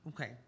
Okay